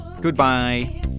Goodbye